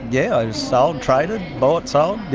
yeah i sold, traded, bought, sold. yeah.